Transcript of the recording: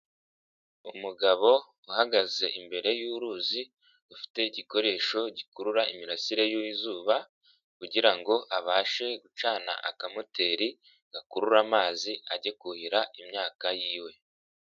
Umugabo uhagaze imbere y'uruzi rufite igikoresho gikurura imirasire y'izuba kugira ngo abashe gucana akamoteri gakurura amazi, ajye kuhira imyaka y'iwe.